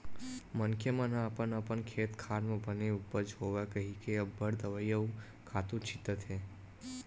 मनखे मन ह अपन अपन खेत खार म बने उपज होवय कहिके अब्बड़ दवई अउ खातू छितत हे